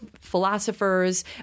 philosophers